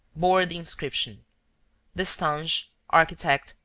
bore the inscription destange, architect,